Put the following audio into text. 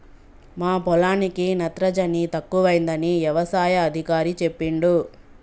మా పొలానికి నత్రజని తక్కువైందని యవసాయ అధికారి చెప్పిండు